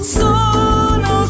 sono